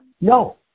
No